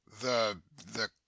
the-the